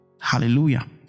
hallelujah